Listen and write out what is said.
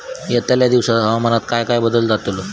यतल्या दिवसात हवामानात काय बदल जातलो?